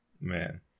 Man